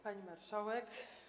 Pani Marszałek!